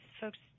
folks